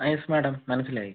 ആ yes madam മനസ്സിലായി